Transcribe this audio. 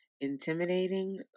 intimidating